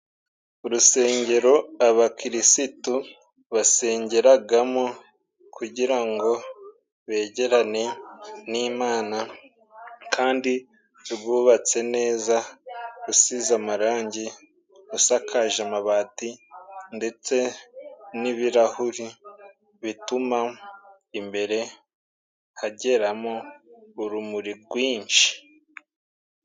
Urusengero abakirisitu basengeragamo, kugira ngo begerane n'Imana, kandi rwubatse neza rusize amarangi. Rusakaje amabati, ndetse n'ibirahuri bituma imbere hageramo urumuri rwinshi.